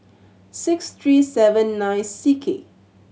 six three seven nine C K